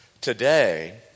Today